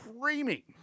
creamy